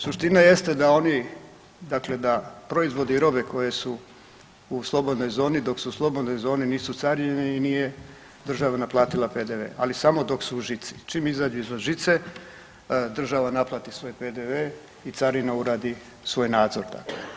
Suština jeste da oni, dakle da proizvodi i robe koje su u slobodnoj zoni, dok su u slobodnoj zoni nisu carinjeni i nije država naplatila PDV, ali samo dok su u žici, čim izađu izvan žice država naplati svoj PDV i carina uradi svoj nadzor dakle.